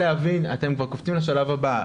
אתם כבר קופצים לשלב הבא,